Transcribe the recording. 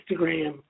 Instagram